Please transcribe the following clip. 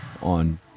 on